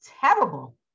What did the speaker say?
terrible